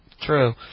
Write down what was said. true